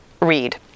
read